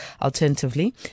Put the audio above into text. alternatively